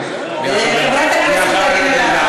אדוני, תן לי בבקשה לנהל את הדיון.